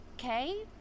Okay